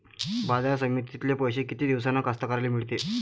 बाजार समितीतले पैशे किती दिवसानं कास्तकाराइले मिळते?